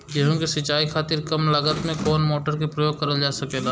गेहूँ के सिचाई खातीर कम लागत मे कवन मोटर के प्रयोग करल जा सकेला?